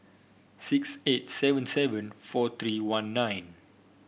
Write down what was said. six eight seven seven four three one nine